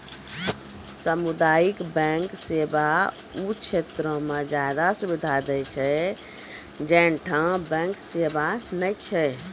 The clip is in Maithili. समुदायिक बैंक सेवा उ क्षेत्रो मे ज्यादे सुविधा दै छै जैठां बैंक सेबा नै छै